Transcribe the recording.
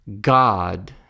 God